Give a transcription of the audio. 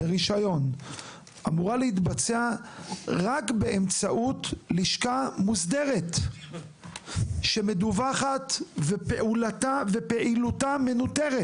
אמורה להתבצע רק באמצעות לשכה מוסדרת שמדווחת ופעילותה מנוטרת.